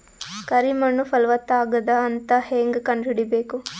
ಕರಿ ಮಣ್ಣು ಫಲವತ್ತಾಗದ ಅಂತ ಹೇಂಗ ಕಂಡುಹಿಡಿಬೇಕು?